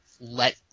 let